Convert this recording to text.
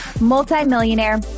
multimillionaire